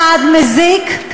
צעד מזיק.